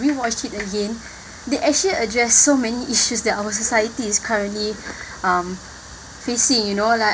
rewatched it again they actually address so many issues that our society is currently um facing you know like